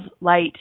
light